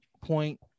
point